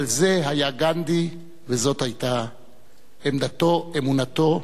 אבל זה היה גנדי וזאת היתה עמדתו, אמונתו,